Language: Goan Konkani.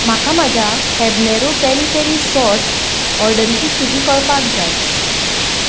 म्हाका म्हज्या हॅबनेरो पेरी पेरी सॉस ऑर्डरीची स्थिती कळपाक जाय